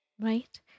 Right